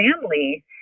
family